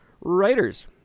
writers